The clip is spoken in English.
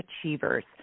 achievers